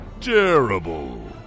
terrible